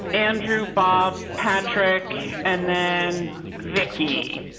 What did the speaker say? andrew, bob patrick, and then vicky.